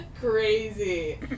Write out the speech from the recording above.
Crazy